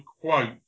quote